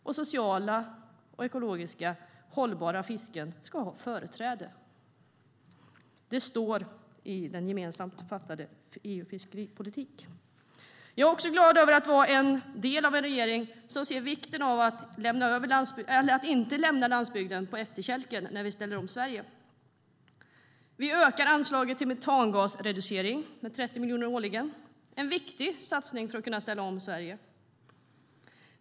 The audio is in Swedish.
Att socialt och ekologiskt hållbara fisken ska ha företräde står i den gemensamt beslutade fiskeripolitiken för EU. Jag är också glad att vara del av en regering som ser vikten av att inte lämna landsbygden på efterkälken när vi ställer om Sverige. Vi ökar anslaget till metangasreducering med 30 miljoner årligen - en viktig satsning för att vi ska kunna ställa om Sverige.